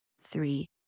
three